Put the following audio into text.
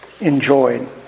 enjoyed